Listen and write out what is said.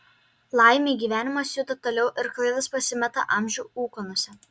laimė gyvenimas juda toliau ir klaidos pasimeta amžių ūkanose